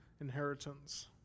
inheritance